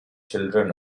children